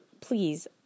Please